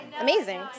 amazing